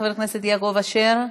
מקובל, חבר הכנסת יעקב אשר?